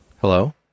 Hello